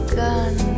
gun